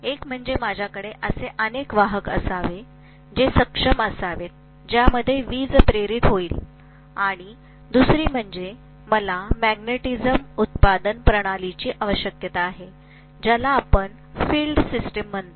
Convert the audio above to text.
एक म्हणजे माझ्याकडे असे अनेक वाहक असावे जे सक्षम असावेत ज्यामध्ये वीज प्रेरित होईल आणि दुसरी गोष्ट म्हणजे मला मॅग्नेटिझम उत्पादन प्रणालीची आवश्यकता असेल ज्याला आपण फील्ड सिस्टम म्हणतो